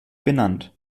benannt